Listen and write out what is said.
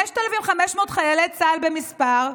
5,500 חיילי צה"ל במספר,